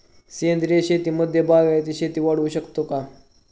सेंद्रिय शेतीमध्ये बागायती शेती वाढवू शकतो का?